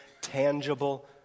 tangible